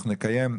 אנחנו נקיים,